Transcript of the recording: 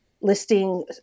listing